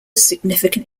significant